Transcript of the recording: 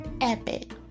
Epic